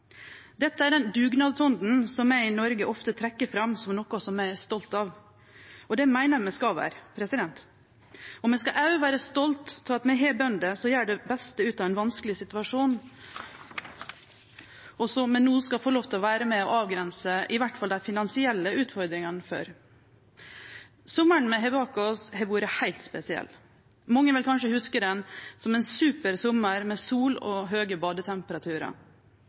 Dette er den dugnadsånda som me i Noreg ofte trekkjer fram som noko me er stolte av, og det meiner eg me skal vere. Me skal òg vere stolte over at me har bønder som gjer det beste ut av ein vanskeleg situasjon, og som me no skal få lov til å vere med og avgrense i alle fall dei finansielle utfordringane for. Sommaren me har bak oss, har vore heilt spesiell. Mange vil kanskje hugse den som ein super sommar med sol og høge badetemperaturar,